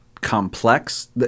complex